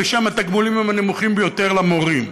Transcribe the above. בשם התגמולים הנמוכים ביותר למורים.